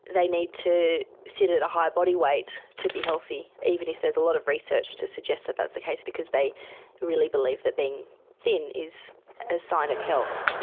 they need to sit at a higher body weight to be healthy, even if there's a lot of research to suggest that that's the case, because they really believe that being thin is a sign of health.